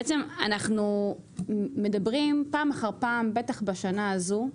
בעצם אנחנו מדברים, פעם אחד פעם, בטח בשנה הזו,